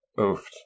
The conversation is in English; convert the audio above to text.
Oof